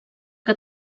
que